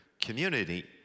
community